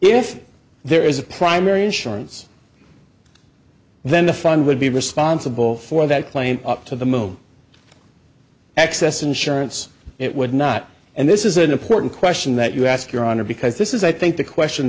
if there is a primary insurance then the fund would be responsible for that claim up to the moment access insurance it would not and this is an important question that you ask your honor because this is i think the question